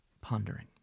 Pondering